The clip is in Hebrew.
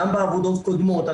גם בעבודות קודמות,